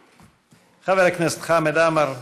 חבר הכנסת חמד עמאר,